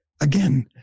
Again